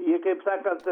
i kaip sakant